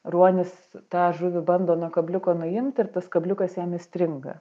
ruonis tą žuvį bando nuo kabliuko nuimt ir tas kabliukas jam įstringa